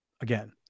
again